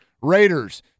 Raiders